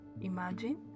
imagine